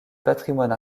patrimoine